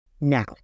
Now